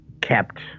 kept